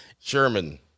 Sherman